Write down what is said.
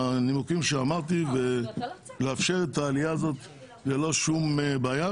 הנימוקים שהעליתי ולאפשר את העלייה הזאת ללא בעיה.